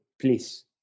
Please